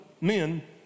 men